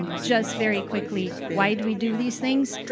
and just very quickly, why do we do these things?